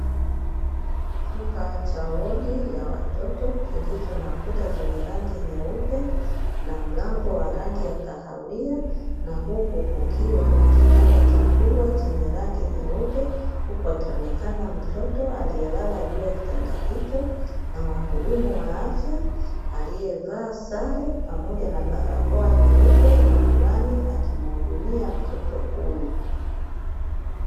Chumba cha wodi ya watoto kilicho na kuta za rangi nyeupe, na mlango wa rangi ya kahawia, na huku kukiwa na kitanda kikubwa chenye rangi nyeupe, huku akionekana mtoto aliyelala juu ya kitanda hicho na wahudumu wa afya, aliyevaa sare pamoja na barakoa nyeupe, na miwani akimuhudumia mtoto huyu.